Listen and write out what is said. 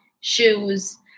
shoes